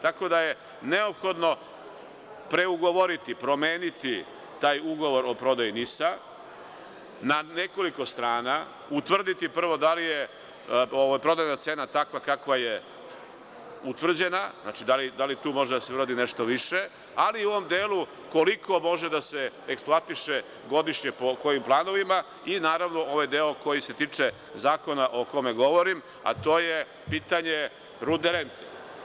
Tako da, neophodno je preugovoriti, promeniti taj ugovor o prodaji NIS-a ne nekoliko strana, utvrditi prvo da li je prodajna cena takva kakva je utvrđena, da li tu može da se uradi nešto više, ali i u onom delu koliko može da se eksploatiše godišnje po kojim planovima i ovaj deo koji se tiče zakona o kojem govorim, a to je pitanje rudne rente.